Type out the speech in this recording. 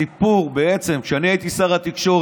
הסיפור הוא בעצם, כשאני הייתי שר התקשורת,